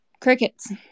crickets